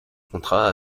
contrat